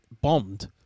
bombed